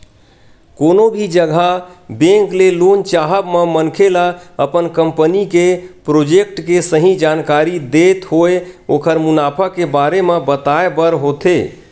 कोनो भी जघा बेंक ले लोन चाहब म मनखे ल अपन कंपनी के प्रोजेक्ट के सही जानकारी देत होय ओखर मुनाफा के बारे म बताय बर होथे